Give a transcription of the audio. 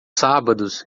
sábados